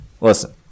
listen